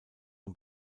und